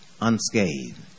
unscathed